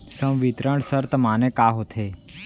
संवितरण शर्त माने का होथे?